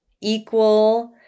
equal